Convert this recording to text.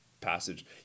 passage